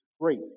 great